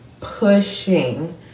pushing